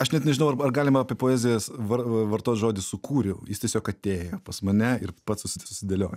aš net nežinau ar galima apie poezijas var vartot žodį sukūriau jis tiesiog atėjo pas mane ir pats susidėliojo